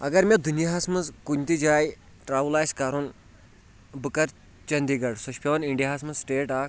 اگر مےٚ دُنیاہَس منٛز کُنہِ تہِ جایہِ ٹرٛاوٕل آسہِ کَرُن بہٕ کَرٕ چٔندی گڑھ سۄ چھِ پٮ۪وان اِنٛڈیاہَس منٛز سٕٹیٹ اَکھ